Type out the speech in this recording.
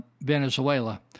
Venezuela